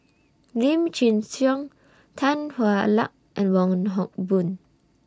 Lim Chin Siong Tan Hwa Luck and Wong Hock Boon